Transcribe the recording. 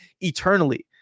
eternally